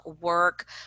work